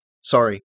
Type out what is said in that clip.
Sorry